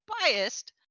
biased